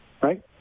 right